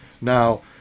Now